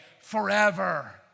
forever